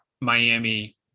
Miami